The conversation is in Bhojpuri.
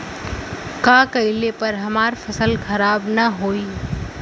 का कइला पर हमार फसल खराब ना होयी?